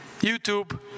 YouTube